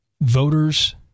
voters